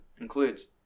includes